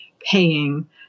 paying